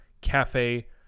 Cafe